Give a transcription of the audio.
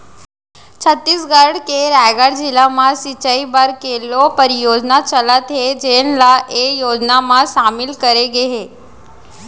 छत्तीसगढ़ के रायगढ़ जिला म सिंचई बर केलो परियोजना चलत हे जेन ल ए योजना म सामिल करे गे हे